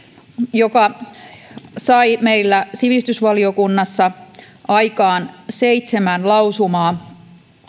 joka sai meillä sivistysvaliokunnassa aikaan seitsemän lausumaa